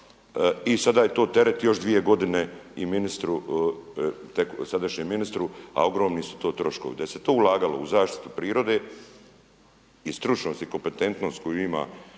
i sada je to teret još dvije godine i ministru sadašnjem, a ogromni su to troškovi. Da se to ulagalo u zaštitu prirode i stručnost i kompetentnost koju ima